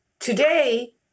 Today